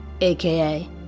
AKA